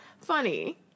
funny